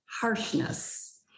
harshness